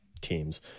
teams